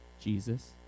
Jesus